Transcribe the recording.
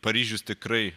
paryžius tikrai